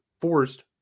forced